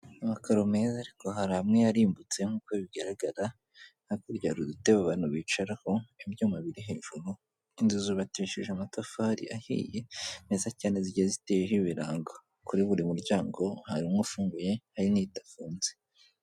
Amakaro meza ariko hari amwe yarimbutse nk'uko bigaragara hakurya hari udutebe abantu bicaraho, ibyuma biri hejuru, inzu zubakishije amatafari ahiye, meza cyane, zigiye ziteyeho ibirango kuri buri muryango, hari umwe ufunguye hari n'idafunze.